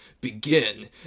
begin